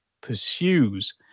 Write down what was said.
pursues